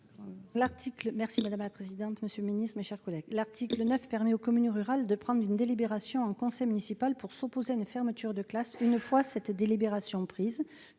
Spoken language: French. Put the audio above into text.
L'article 9 permet aux communes rurales de prendre une délibération en conseil municipal pour s'opposer à une fermeture de classe. Une fois cette délibération prise,